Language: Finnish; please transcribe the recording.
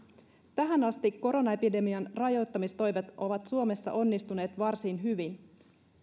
tähän asti koronaepidemian rajoittamistoimet ovat suomessa onnistuneet varsin hyvin